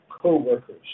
co-workers